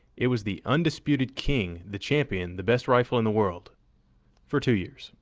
it was the undisputed king, the champion, the best rifle in the world for two years.